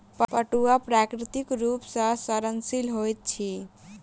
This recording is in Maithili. पटुआ प्राकृतिक रूप सॅ सड़नशील होइत अछि